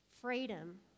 freedom